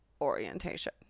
orientation